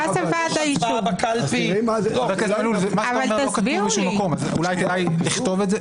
אז אולי כדאי לכתוב את זה.